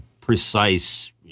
precise